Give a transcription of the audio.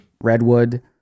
Redwood